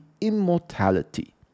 immortality